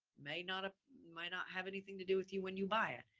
may not, ah might not have anything to do with you when you buy it,